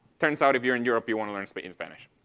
turns out if you're in europe you want to learn spain spanish,